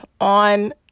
on